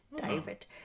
David